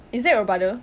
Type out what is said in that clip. is that your brother